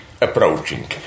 approaching